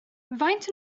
faint